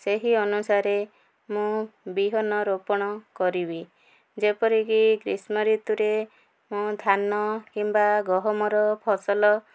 ସେହି ଅନୁସାରେ ମୁଁ ବିହନ ରୋପଣ କରିବି ଯେପରିକି ଗ୍ରୀଷ୍ମ ଋତୁରେ ମୁଁ ଧାନ କିମ୍ବା ଗହମର ଫସଲ